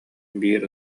биир